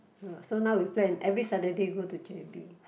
uh so now we plan every Saturday go to J_B